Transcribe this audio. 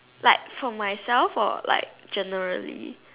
like for myself or like generally